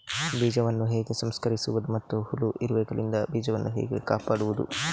ಬೀಜವನ್ನು ಹೇಗೆ ಸಂಸ್ಕರಿಸುವುದು ಮತ್ತು ಹುಳ, ಇರುವೆಗಳಿಂದ ಬೀಜವನ್ನು ಹೇಗೆ ಕಾಪಾಡುವುದು?